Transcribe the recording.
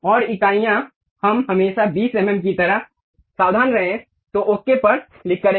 और इकाइयां हम हमेशा 20 एम एम की तरह सावधान रहें तो ओके पर क्लिक करें